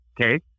okay